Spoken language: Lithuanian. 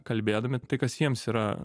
kalbėdami tai kas jiems yra